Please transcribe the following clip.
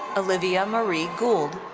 olivia marie gould.